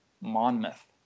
Monmouth